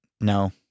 no